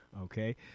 okay